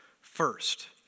first